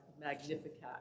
Magnificat